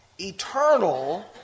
eternal